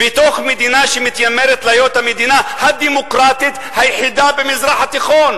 בתוך מדינה שמתיימרת להיות המדינה הדמוקרטית היחידה במזרח התיכון,